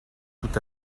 tout